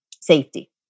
safety